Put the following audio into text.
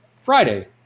friday